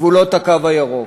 גבולות הקו הירוק,